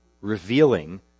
Revealing